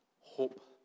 Hope